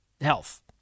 health